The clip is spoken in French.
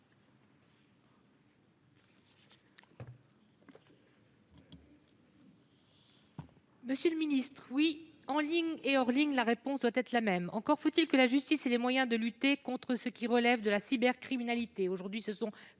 Morin-Desailly. Oui, en ligne et hors ligne, la réponse doit être la même. Encore faut-il que la justice ait les moyens de lutter contre ce qui relève de la cybercriminalité. Aujourd'hui, elle